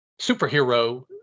superhero